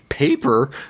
Paper